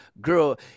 girl